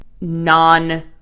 non